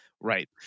right